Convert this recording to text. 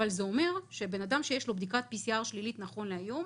אבל זה אומר שאדם שיש לו בדיקת PCR שלילית נכון להיום,